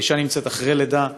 האישה אחרי לידה,